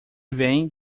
vem